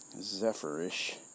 Zephyr-ish